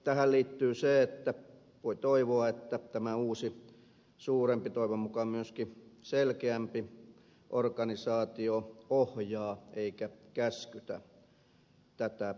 tähän liittyy se että voi toivoa että tämä uusi suurempi ja toivon mukaan myöskin selkeämpi organisaatio ohjaa eikä käskytä tätä organisaatiota